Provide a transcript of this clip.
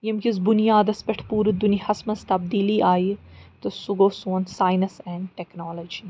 ییٚمہِ کِس بُنیادس پٮ۪ٹھ پوٗرٕ دُنیاہَس منٛز تبدیٖلی آیہِ تہٕ سُہ گوٚو سون ساینس اینٛڈ ٹیٚکنالوجی